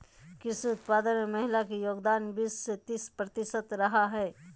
कृषि उत्पादन में महिला के योगदान बीस से तीस प्रतिशत रहा हइ